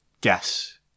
guess